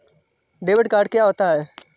Debit card क्या होता है?